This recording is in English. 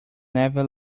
never